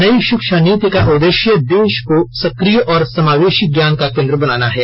नई शिक्षा नीति का उद्देश्य देश को सक्रिय और समावेशी ज्ञान का केन्द्र बनाना है